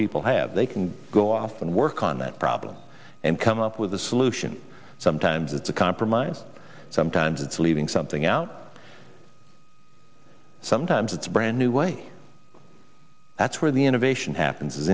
people have they can go off and work on that problem and come up with a solution sometimes it's a compromise sometimes it's leaving something out sometimes it's brand new way that's where the innovation happens